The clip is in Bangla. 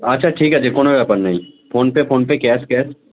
আচ্ছা ঠিক আছে কোনো ব্যাপার নেই ফোনপে ফোনপে ক্যাশ ক্যাশ